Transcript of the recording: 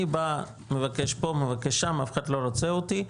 אני בא ומבקש פה, מבקש שם, אף אחד לא רוצה אותי.